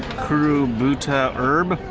kurobuta herb?